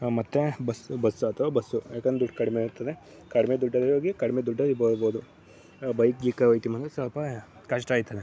ಮತ್ತೆ bus bus ಅಥವಾ bus ಏಕೆಂದ್ರೆ ದುಡ್ಡು ಕಡಿಮೆ ಇರ್ತದೆ ಕಡಿಮೆ ದುಡ್ಡಲ್ಲಿ ಹೋಗಿ ಕಡಿಮೆ ದುಡ್ಡಲ್ಲಿ ಬರ್ಬೋದು ಬೈಕ್ ಗೀಕ್ ಸ್ವಲ್ಪ ಕಷ್ಟ ಆಯ್ತದೆ